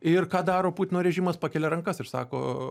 ir ką daro putino režimas pakelia rankas ir sako